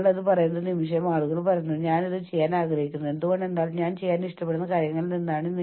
ഞാൻ വീണ്ടും നിങ്ങളോട് പറയുന്നു ഞാൻ വിശ്വസിക്കാൻ ഇഷ്ടപ്പെടുന്നതുപോലെ ഞാൻ ഒരു മനുഷ്യനാണ്